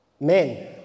Men